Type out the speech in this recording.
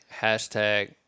hashtag